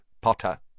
Potter